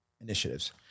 initiatives